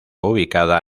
ubicada